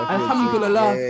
Alhamdulillah